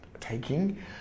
taking